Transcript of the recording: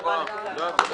מי בעד, מי נגד, מי נמנע?